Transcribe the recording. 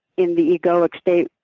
in the egoic state,